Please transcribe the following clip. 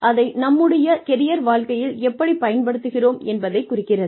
அதை நம்முடைய கெரியர் வாழ்க்கையில் எப்படிப் பயன்படுத்துகிறோம் என்பதை குறிக்கிறது